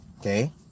Okay